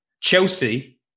Chelsea